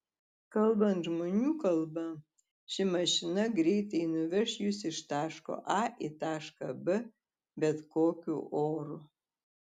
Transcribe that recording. kalbant žmonių kalba ši mašina greitai nuveš jus iš taško a į tašką b bet kokiu oru